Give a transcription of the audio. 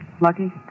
Lucky